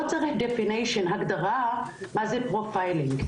לא צריך הגדרה מה זה פרופיילינג.